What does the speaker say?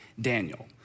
Daniel